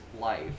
life